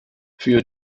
für